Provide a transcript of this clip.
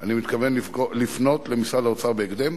אני מתכוון לפנות אל משרד האוצר בהקדם